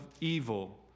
evil